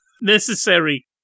necessary